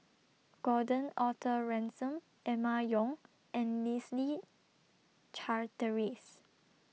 Gordon Arthur Ransome Emma Yong and Leslie Charteris